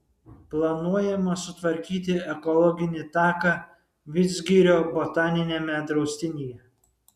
planuojama sutvarkyti ekologinį taką vidzgirio botaniniame draustinyje